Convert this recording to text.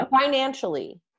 financially